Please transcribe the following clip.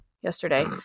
yesterday